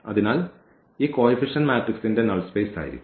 അതിനാൽ ഈ കോഫിഫിഷ്യന്റ് മാട്രിക്സിന്റെ നൾ സ്പേസ് ആയിരിക്കും